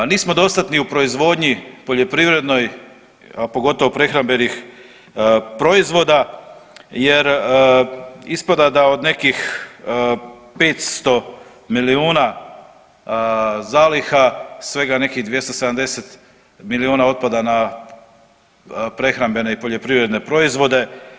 Nismo dosad ni u proizvodnji poljoprivrednoj, a pogotovo prehrambenih proizvoda jer ispada da od nekih 500 milijuna zaliha svega nekih 270 milijuna otpada na prehrambene i poljoprivredne proizvode.